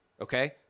Okay